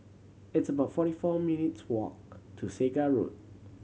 it's about forty four minutes' walk to Segar Road